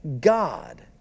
God